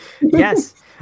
Yes